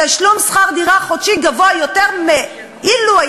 שכר דירה חודשי גבוה יותר מתשלום המשכנתה,